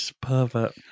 pervert